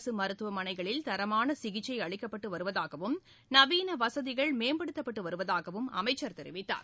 அரசு மருத்துவமனைகளில் தரமான சிகிச்சை அளிக்கப்பட்டு வருவதாகவும் நவீன வசதிகள் மேம்படுத்தப்பட்டு வருவதாகவும் அமைச்சர் தெரிவித்தார்